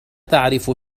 تعرف